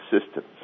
assistance